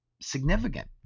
significant